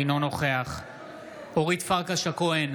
אינו נוכח אורית פרקש הכהן,